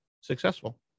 successful